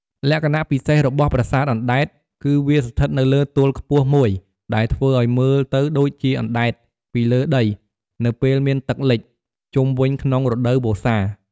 លក្ខណៈពិសេសរបស់ប្រាសាទអណ្ដែតគឺវាស្ថិតនៅលើទួលខ្ពស់មួយដែលធ្វើឲ្យមើលទៅដូចជាអណ្ដែតពីលើដីនៅពេលមានទឹកលិចជុំវិញក្នុងរដូវវស្សា។